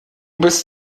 bist